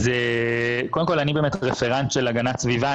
אז קודם כל אני באמת רפרנט של הגנת סביבה,